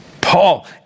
Paul